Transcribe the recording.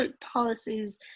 policies